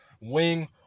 wing